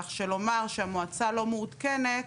כך שלומר שהמועצה לא מעודכנת